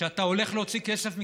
כשאתה הולך להוציא כסף מכספומט,